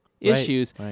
issues